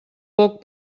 poc